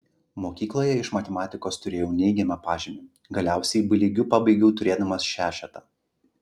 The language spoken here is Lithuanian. mokykloje iš matematikos turėjau neigiamą pažymį galiausiai b lygiu pabaigiau turėdamas šešetą